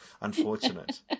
unfortunate